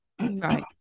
right